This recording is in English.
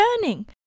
burning